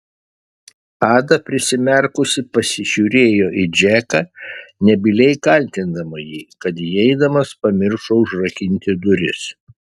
ada prisimerkusi pasižiūrėjo į džeką nebyliai kaltindama jį kad įeidamas pamiršo užrakinti duris